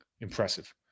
impressive